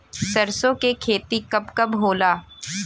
सरसों के खेती कब कब होला?